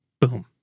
boom